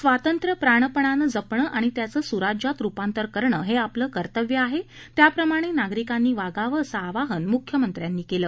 स्वातंत्र्य प्राणपणानं जपणं आणि त्याचं सुराज्यात रुपांतर करणं हे आपलं कर्तव्य आहे त्याप्रमाणे नागरिकांनी वागावं असं आवाहन मुख्यमंत्र्यांनी केलं